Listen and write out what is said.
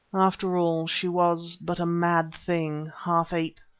after all she was but a mad thing, half ape,